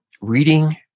reading